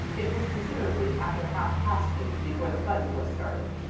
it was considerably after half-past eight before the fudge was started.